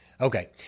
Okay